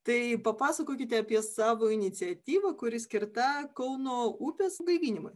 tai papasakokite apie savo iniciatyvą kuri skirta kauno upės gaivinimui